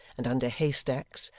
and under haystacks,